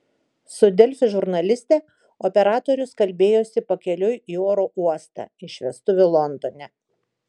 su delfi žurnaliste operatorius kalbėjosi pakeliui į oro uostą iš vestuvių londone